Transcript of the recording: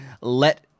let